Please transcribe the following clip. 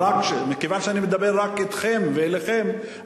מכיוון שאני מדבר רק אתכם ואליכם,